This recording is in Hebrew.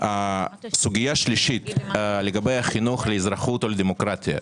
סוגיה שלישית, לגבי החינוך לאזרחות או לדמוקרטיה.